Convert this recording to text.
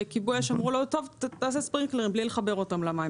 וכיבוי אש אמרו לו: "תעשה ספרינקלרים בלי לחבר אותם למים,